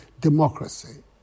democracy